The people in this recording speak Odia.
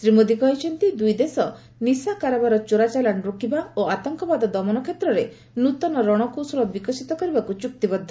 ଶ୍ରୀ ମୋଦୀ କହିଛନ୍ତି ଦୂଇ ଦେଶ ନିଶା କାରବାର ଚୋରା ଚାଲାଣ ରୋକିବା ଓ ଆତଙ୍କବାଦ ଦମନ କ୍ଷେତ୍ରରେ ନ୍ତନ ରଣକୌଶଳ ବିକଶିତ କରିବାକୁ ଚୂକ୍ତିବଦ୍ଧ